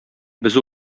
без